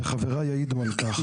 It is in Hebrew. וחבריי יעידו על כך,